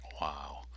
Wow